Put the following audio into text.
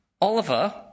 Oliver